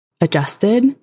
adjusted